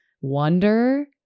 wonder